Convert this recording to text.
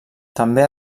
també